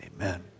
amen